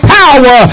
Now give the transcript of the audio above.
power